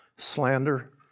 slander